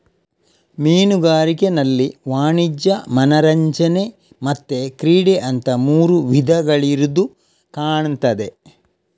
ಮೀನುಗಾರಿಕೆನಲ್ಲಿ ವಾಣಿಜ್ಯ, ಮನರಂಜನೆ ಮತ್ತೆ ಕ್ರೀಡೆ ಅಂತ ಮೂರು ವಿಧಗಳಿರುದು ಕಾಣ್ತದೆ